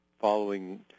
following